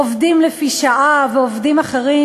עובדים לפי שעה ועובדים אחרים,